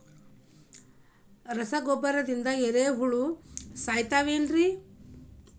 ರಸಗೊಬ್ಬರದಿಂದ ಏರಿಹುಳ ಸಾಯತಾವ್ ಏನ್ರಿ?